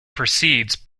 proceeds